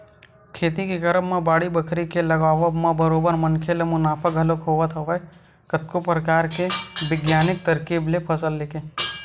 खेती के करब म बाड़ी बखरी के लगावब म बरोबर मनखे ल मुनाफा घलोक होवत हवय कतको परकार के बिग्यानिक तरकीब ले फसल लेके